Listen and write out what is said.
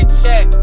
check